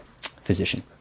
physician